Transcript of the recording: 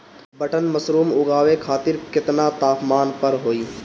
Button mushroom उगावे खातिर केतना तापमान पर होई?